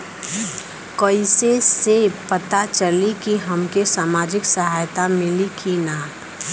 कइसे से पता चली की हमके सामाजिक सहायता मिली की ना?